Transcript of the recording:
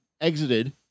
exited